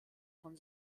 von